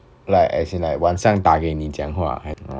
like as in like 晚上打给你讲话 ah~